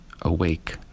awake